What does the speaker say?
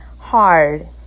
hard